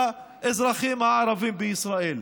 האזרחים הערבים בישראל.